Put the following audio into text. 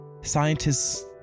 scientists